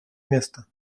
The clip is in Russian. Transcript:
место